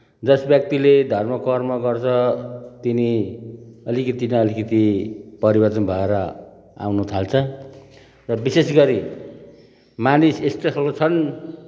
जस व्यक्तिले धर्म कर्म गर्छ तिनी अलिकति न अलिकति परिवर्तन भएर आउन थाल्छ र विशेष गरी मानिस यस्तो खालको छन्